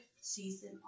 season